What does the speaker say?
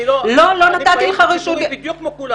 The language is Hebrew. אני יכול לדבר בדיוק כמו כולם פה.